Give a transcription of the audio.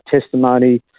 testimony